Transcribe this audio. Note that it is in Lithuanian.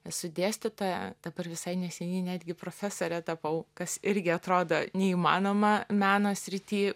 esu dėstytoja dabar visai neseniai netgi profesore tapau kas irgi atrodo neįmanoma meno srity